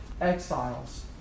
exiles